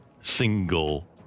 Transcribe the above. single